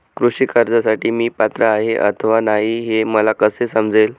कृषी कर्जासाठी मी पात्र आहे अथवा नाही, हे मला कसे समजेल?